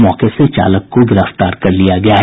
मौके से चालक को गिरफ्तार कर लिया गया है